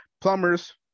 Plumbers